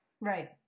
right